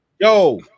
yo